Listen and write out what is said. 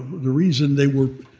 the reason they were,